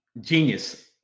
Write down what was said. genius